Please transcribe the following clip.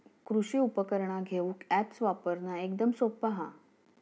कृषि उपकरणा घेऊक अॅप्स वापरना एकदम सोप्पा हा